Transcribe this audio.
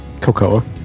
cocoa